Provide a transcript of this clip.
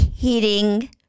kidding